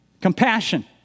Compassion